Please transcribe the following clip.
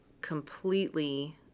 completely